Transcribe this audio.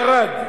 ערד,